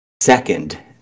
Second